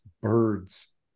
birds